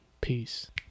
Peace